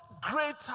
greater